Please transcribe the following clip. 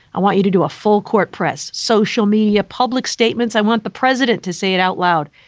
i want you to do a full court press, social media, public statements. i want the president to say it out loud.